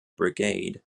brigade